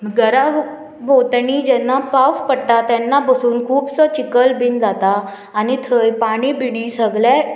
घरा भोंवतणी जेन्ना पावस पडटा तेन्ना बसून खुबसो चिकल बीन जाता आनी थंय पाणी बिणी सगळे